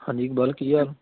ਹਾਂਜੀ ਇਕਬਾਲ ਕੀ ਹਾਲ